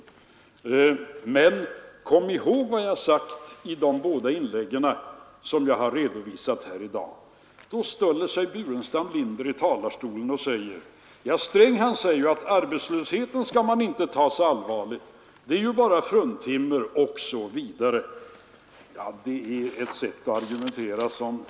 Men kom ihåg vad jag har sagt i de båda inlägg som jag har gjort här i dag! Då ställer sig herr Burenstam Linder i talarstolen och säger: ”Herr Sträng anser att arbetslösheten skall man inte ta så allvarligt. Den gäller ju bara fruntimmer osv.” Det är hans sätt att argumentera.